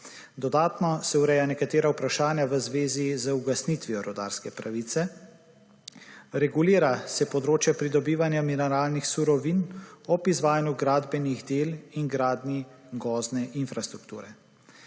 Dodatno se ureja nekatera vprašanja v zvezi z ugasnitvijo rudarske pravice. Regulira se področje pridobivanja mineralnih surovin ob izvajanju gradbenih del in gradnji gozdne infrastrukture.